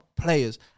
players